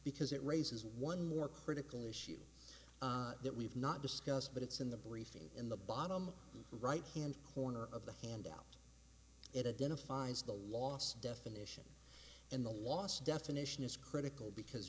because it raises one more critical issue that we've not discussed but it's in the briefing in the bottom right hand corner of the handout it a den of finds the last definition and the last definition is critical because